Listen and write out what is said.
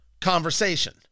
conversation